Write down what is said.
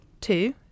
Two